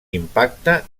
impacte